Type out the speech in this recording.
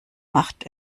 macht